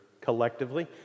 collectively